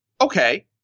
okay